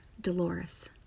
Dolores